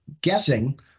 guessing